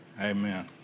Amen